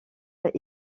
est